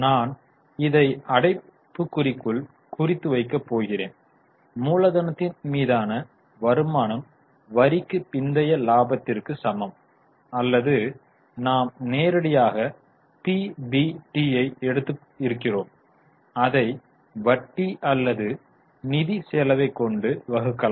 நான் இதை அடைப்புக்குறிக்குள் குறித்து வைக்கப் போகிறேன் மூலதனத்தின் மீதான வருமானம் வரிக்குப் பிந்தைய லாபத்திற்கு சமம் அல்லது நாம் நேரடியாக பிபிடி எடுத்துக் இருக்கிறோம் அதை வட்டி அல்லது நிதிச் செலவு கொண்டு வகுக்கலாம்